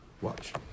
Watch